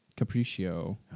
Capriccio